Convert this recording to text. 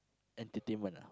entertainment ah